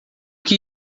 que